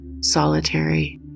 solitary